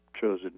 chosen